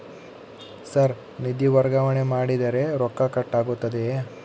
Sir ನಿಧಿ ವರ್ಗಾವಣೆ ಮಾಡಿದರೆ ರೊಕ್ಕ ಕಟ್ ಆಗುತ್ತದೆಯೆ?